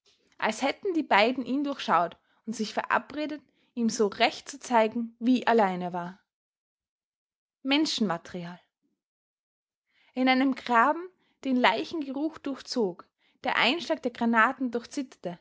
als hätten die beiden ihn durchschaut und sich verabredet ihm so recht zu zeigen wie allein er war menschenmaterial in einem graben den leichengeruch durchzog der einschlag der granaten